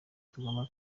tugomba